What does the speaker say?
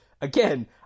again